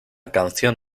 canción